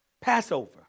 Passover